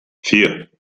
vier